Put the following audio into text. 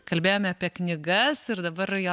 kalbėjome apie knygas ir dabar jo